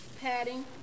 padding